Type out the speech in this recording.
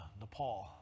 Nepal